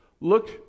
look